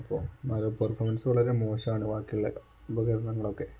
അപ്പം ഒരു പെർഫോമൻസ് വളരെ മോശമാണ് ബാക്കിയുള്ള ഉപകരണങ്ങളൊക്കെ